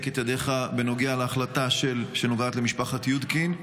את ידיך בנוגע להחלטה שנוגעת למשפחת יודקין.